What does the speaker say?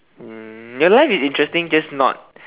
um your life is interesting just not